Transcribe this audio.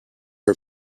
her